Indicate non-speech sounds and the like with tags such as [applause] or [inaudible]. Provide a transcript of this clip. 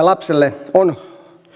[unintelligible] lapselle on